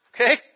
Okay